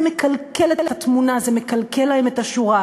זה מקלקל את התמונה, זה מקלקל להם את השורה,